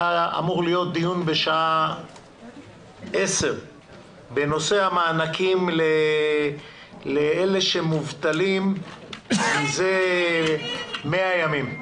היה אמור להיות דיון בשעה 10 בנושא המענקים לאלה שמובטלים מזה 100 ימים.